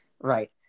Right